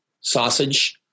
sausage